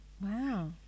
Wow